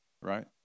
right